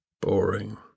boring